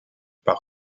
par